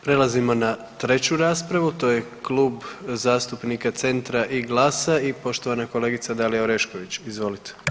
Prelazimo na 3. raspravu, to je Klub zastupnika Centra i GLAS-a i poštovana kolegica Dalija Orešković, izvolite.